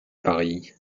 parie